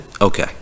Okay